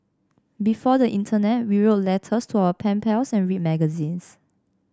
before the internet we wrote letters to our pen pals and read magazines